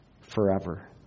forever